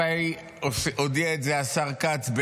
מתי הודיע את זה השר כץ?